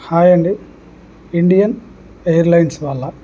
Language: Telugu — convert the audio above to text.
హాయ్ అండి ఇండియన్ ఎయిర్లైన్స్ వాళ్ళా